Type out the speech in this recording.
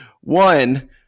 One